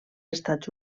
estats